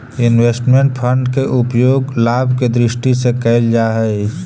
investment fund के उपयोग लाभ के दृष्टि से कईल जा हई